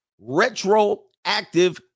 retroactive